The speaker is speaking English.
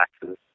taxes